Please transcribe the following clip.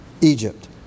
Egypt